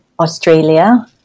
Australia